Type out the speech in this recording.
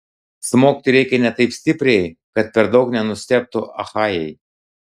smogti reikia ne taip stipriai kad per daug nenustebtų achajai